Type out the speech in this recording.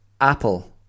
apple